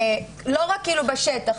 לא רק בשטח,